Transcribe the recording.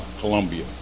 Colombia